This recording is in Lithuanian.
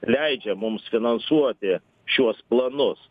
leidžia mums finansuoti šiuos planus